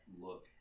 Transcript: look